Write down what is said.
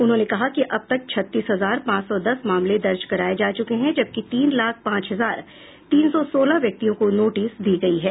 उन्होंने कहा कि अब तक छत्तीस हजार पांच सौ दस मामले दर्ज कराये जा चुके हैं जबकि तीन लाख पांच हजार तीन सौ सोलह व्यक्तियों को नोटिस दी गयी है